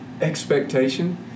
expectation